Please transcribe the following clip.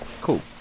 Cool